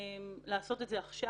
לעשות אותה עכשיו.